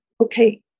okay